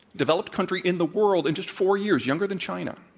developed country in the world in just four years, younger than china.